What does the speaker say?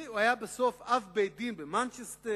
הוא היה בסוף אב- בית-דין במנצ'סטר.